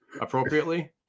appropriately